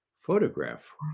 photograph